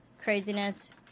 Craziness